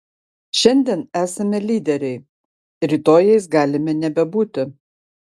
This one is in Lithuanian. šiandien esame lyderiai rytoj jais galime nebebūti